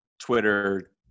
Twitter